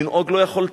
לנהוג לא יכולתי.